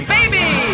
Baby